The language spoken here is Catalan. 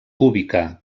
cúbica